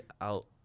out